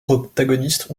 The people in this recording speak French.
protagonistes